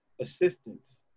assistance